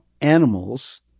animals